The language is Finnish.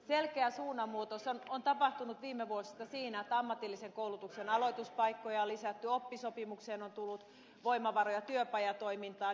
selkeä suunnanmuutos on tapahtunut viime vuosista siinä että ammatillisen koulutuksen aloituspaikkoja on lisätty oppisopimukseen on tullut voimavaroja työpajatoimintaan